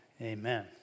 Amen